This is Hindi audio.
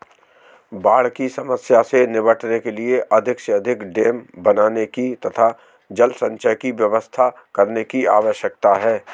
बाढ़ की समस्या से निपटने के लिए अधिक से अधिक डेम बनाने की तथा जल संचय की व्यवस्था करने की आवश्यकता है